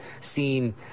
seen